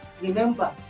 remember